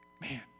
man